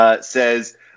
says